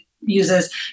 uses